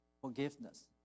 forgiveness